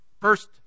first